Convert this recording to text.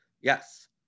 Yes